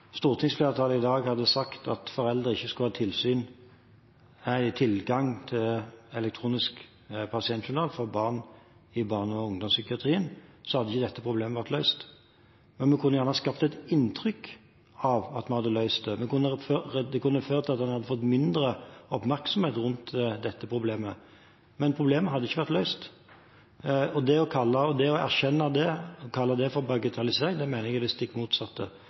stortingsflertallet i dag hadde sagt at foreldre ikke skal ha tilgang til elektronisk pasientjournal for barn i barne- og ungdomspsykiatrien, hadde ikke dette problemet vært løst. Vi kunne gjerne ha skapt det inntrykk at vi hadde løst det – det kunne ha ført til at en hadde fått mindre oppmerksomhet rundt dette problemet – men problemet hadde ikke vært løst. Og det å kalle det for bagatellisering – jeg mener det er det stikk motsatte,